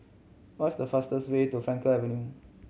what's the fastest way to Frankel Ever New